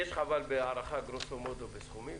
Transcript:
יש לך הערכה, גרוסו-מודו, של הסכומים?